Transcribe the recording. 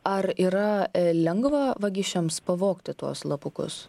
ar yra lengva vagišiams pavogti tuos slapukus